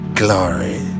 glory